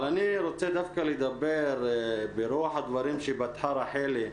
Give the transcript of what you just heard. אבל אני רוצה דווקא לדבר ברוח הדברים שבהם פתחה רחלי.